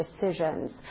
decisions